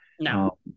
No